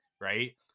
right